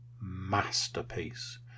masterpiece